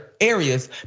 areas